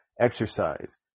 exercise